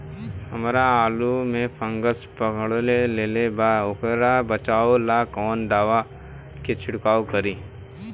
हमरा आलू में फंगस पकड़ लेले बा वोकरा बचाव ला कवन दावा के छिरकाव करी?